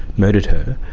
murdered her.